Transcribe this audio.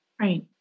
Right